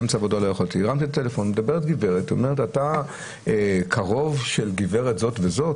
מדברת גברת ואומרת לי: אתה קרוב של גברת זאת וזאת?